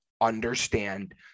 understand